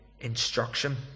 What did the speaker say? instruction